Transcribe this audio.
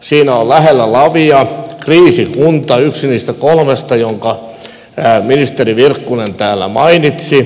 siinä on lähellä lavia kriisikunta yksi niistä kolmesta jonka ministeri virkkunen täällä mainitsi